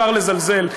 אפשר לזלזל,